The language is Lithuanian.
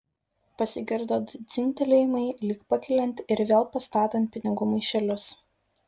pasigirdo du dzingtelėjimai lyg pakeliant ir vėl pastatant pinigų maišelius